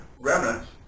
remnants